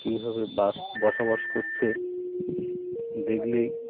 কীভাবে বাস বসবাস করছে দেখলেই